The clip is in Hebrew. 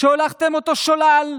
שהולכתם אותו שולל,